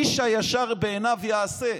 איש הישר בעיניו יעשה.